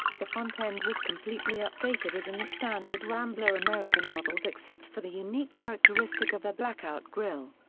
the front end was completely updated as in the standard rambler american models except for the unique characteristic of the blackout grille.